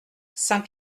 saint